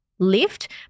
lift